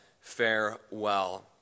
Farewell